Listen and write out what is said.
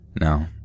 No